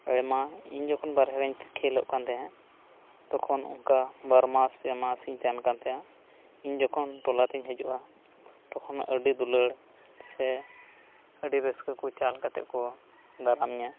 ᱟᱭᱢᱟ ᱤᱧ ᱡᱚᱠᱷᱚᱱ ᱵᱟᱨᱦᱮ ᱨᱤᱧ ᱠᱷᱮᱞᱳᱜ ᱠᱟᱱ ᱛᱟᱦᱮᱸᱫ ᱛᱚᱠᱷᱚᱱ ᱚᱱᱠᱟ ᱵᱟᱨ ᱢᱟᱥ ᱯᱮ ᱢᱟᱥᱤᱧ ᱛᱟᱦᱮᱸᱱ ᱠᱟᱱ ᱛᱟᱦᱮᱫᱼᱟ ᱤᱧ ᱡᱚᱠᱷᱚᱱ ᱴᱚᱞᱟ ᱛᱮᱧ ᱦᱤᱡᱩᱜᱼᱟ ᱛᱚᱠᱷᱚᱱ ᱟᱹᱰᱤ ᱫᱩᱞᱟᱹᱲ ᱥᱮ ᱟᱹᱰᱤ ᱨᱟᱹᱥᱠᱟᱹ ᱠᱚ ᱪᱟᱞ ᱠᱟᱛᱮᱫ ᱠᱚ ᱫᱟᱨᱟᱢᱤᱧᱟᱹ